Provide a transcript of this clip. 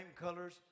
colors